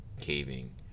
caving